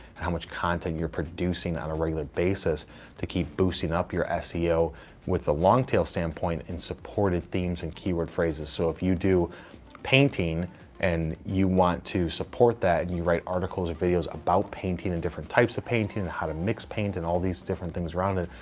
and how much content you're producing on a regular basis to keep boosting up your seo with the long tail standpoint, and supported themes and keyword phrases. so if you do painting and you want to support that, and you write articles or videos about painting and different types of painting, and how to mix paint, and all these different things around it,